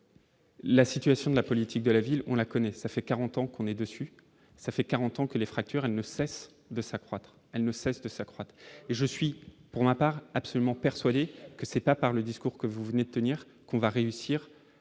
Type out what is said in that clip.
La situation de la politique de la ville, on la connaît, ça fait 40 ans qu'on est dessus, ça fait 40 ans que les fractures, elle ne cesse de s'accroître, elle ne cesse de s'accroître, je suis pour ma part, absolument persuadé que c'est pas par le discours que vous venez de tenir qu'on va réussir